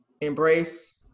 embrace